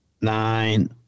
nine